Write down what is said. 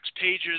pages